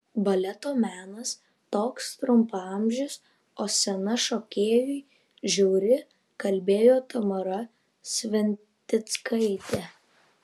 baleto menas toks trumpaamžis o scena šokėjui žiauri kalbėjo tamara sventickaitė